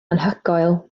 anhygoel